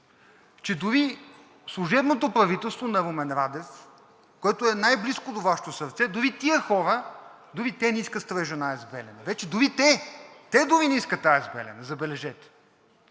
че дори служебното правителство на Румен Радев, което е най-близко до Вашето сърце, дори тези хора, дори те не искат строежа на АЕЦ „Белене“. Вече дори те, те дори не искат АЕЦ „Белене“ – забележете!